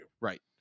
right